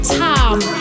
time